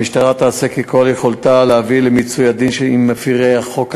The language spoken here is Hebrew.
המשטרה תעשה ככל יכולתה להביא למיצוי הדין עם מפרי חוק אלה,